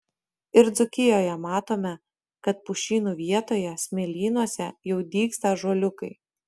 ir dzūkijoje matome kad pušynų vietoje smėlynuose jau dygsta ąžuoliukai